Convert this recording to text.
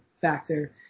factor